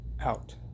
out